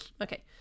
okay